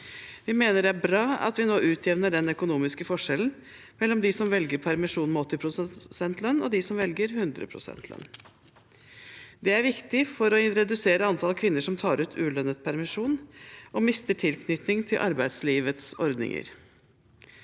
Vi mener det er bra at vi nå utjevner den økonomiske forskjellen mellom dem som velger permisjon med 80 pst. lønn, og dem som velger 100 pst. lønn. Det er viktig for å redusere antall kvinner som tar ut ulønnet permisjon og mister tilknytning til arbeidslivets ordninger.